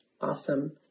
awesome